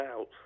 out